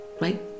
right